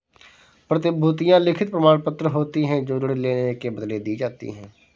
प्रतिभूतियां लिखित प्रमाणपत्र होती हैं जो ऋण लेने के बदले दी जाती है